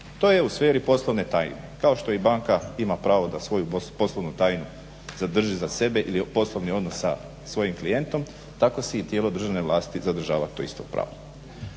To je u sferi poslovne tajne. Kao što i banka ima pravo da svoju poslovnu tajnu zadrži za sebe ili poslovni odnos sa svojim klijentom tako si i tijelo državne vlasti zadržava to isto pravo.